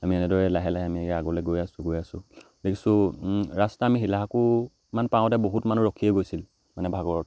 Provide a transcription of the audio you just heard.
আমি এনেদৰে লাহে লাহে এনেকৈ আগলৈ গৈ আছোঁ গৈ আছোঁ দেখিছোঁ ৰাস্তা আমি শিলাসাকোঁমান পাওঁতে বহুত মানুহ ৰখিয়ে গৈছিল মানে ভাগৰত